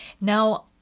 Now